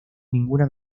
ninguna